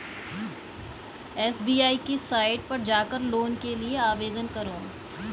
SBI की site पर जाकर लोन के लिए आवेदन करो